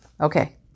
Okay